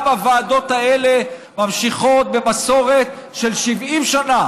גם הוועדות האלה ממשיכות במסורת של 70 שנה